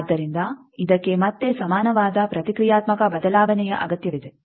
ಆದ್ದರಿಂದ ಇದಕ್ಕೆ ಮತ್ತೆ ಸಮಾನವಾದ ಪ್ರತಿಕ್ರಿಯಾತ್ಮಕ ಬದಲಾವಣೆಯ ಅಗತ್ಯವಿದೆ